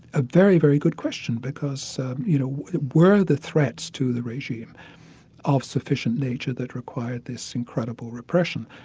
a very, very good question, because you know were the threats to the regime of sufficient nature that required this incredible repression?